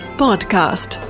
podcast